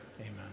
amen